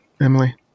emily